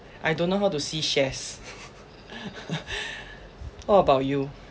I don't know how to see shares what about you